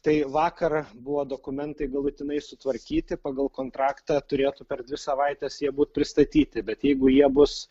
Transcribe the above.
tai vakar buvo dokumentai galutinai sutvarkyti pagal kontraktą turėtų per dvi savaites jie būt pristatyti bet jeigu jie bus